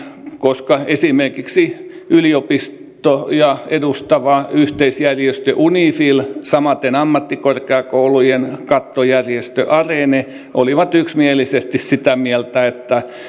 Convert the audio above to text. koska esimerkiksi yliopistoja edustava yhteisjärjestö unifi ja samaten ammattikorkeakoulujen kattojärjestö arene olivat yksimielisesti sitä mieltä